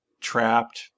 trapped